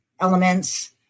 elements